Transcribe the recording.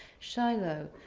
shiloh,